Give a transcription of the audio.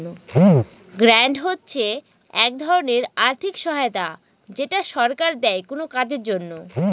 grant হচ্ছে এক ধরনের আর্থিক সহায়তা যেটা সরকার দেয় কোনো কাজের জন্য